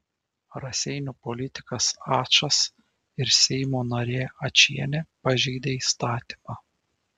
raseinių politikas ačas ir seimo narė ačienė pažeidė įstatymą